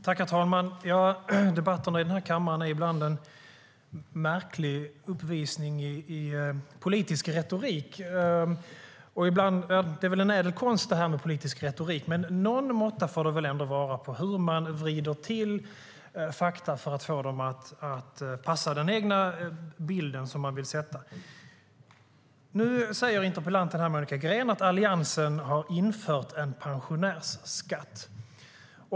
Herr talman! Debatterna i den här kammaren är ibland en märklig uppvisning i politisk retorik. Politisk retorik är ibland en ädel konst, men någon måtta får det väl ändå vara på hur man vrider till fakta för att få dem att passa den egna bilden. Nu säger interpellanten Monica Green att Alliansen har infört en pensionärsskatt.